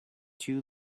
two